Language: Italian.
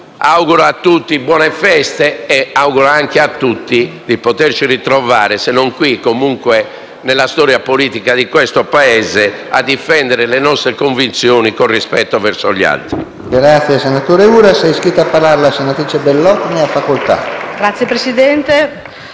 Auguro a tutti buone feste e auguro anche a tutti di poterci ritrovare, se non qui comunque nella storia politica di questo Paese, a difendere le nostre convinzioni con rispetto verso gli altri.